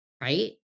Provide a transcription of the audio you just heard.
right